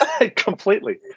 completely